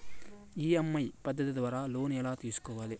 EMI పద్ధతి ద్వారా loan ఎలా తీసుకోవాలి